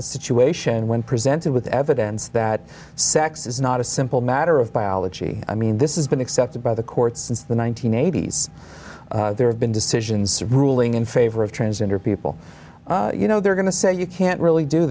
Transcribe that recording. the situation when presented with evidence that sex is not a simple matter of biology i mean this is been accepted by the court since the one nine hundred eighty s there have been decisions ruling in favor of transgender people you know they're going to say you can't really do